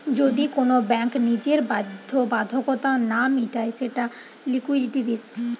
যদি কোন ব্যাঙ্ক নিজের বাধ্যবাধকতা না মিটায় সেটা লিকুইডিটি রিস্ক